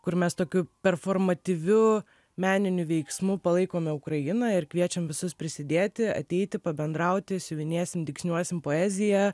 kur mes tokiu performatyviu meniniu veiksmu palaikome ukrainą ir kviečiam visus prisidėti ateiti pabendrauti siuvinėsim dygsniuosim poeziją